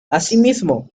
asimismo